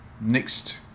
next